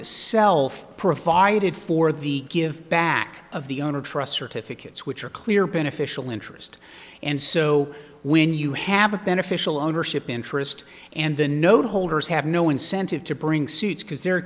is self provided for the give back of the owner trust certificates which are clear beneficial interest and so when you have a beneficial ownership interest and the note holders have no incentive to bring suit because they're